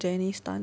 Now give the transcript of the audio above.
janice tan